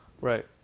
right